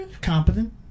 competent